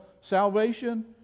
salvation